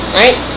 right